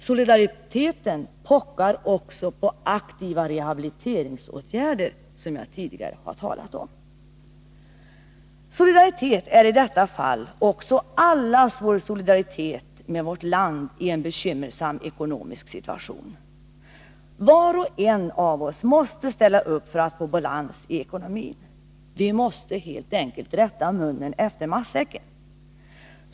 Solidariteten pockar också på aktiva rehabiliteringsåtgärder, som jag tidigare har talat om. Solidaritet är i detta fall också allas solidaritet med vårt land i en bekymmersam ekonomisk situation. Var och en av oss måste ställa upp för att Sverige skall få balans i sin ekonomi. Vi måste helt enkelt rätta munnen efter matsäcken.